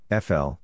FL